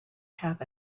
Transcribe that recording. have